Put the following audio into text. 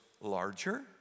larger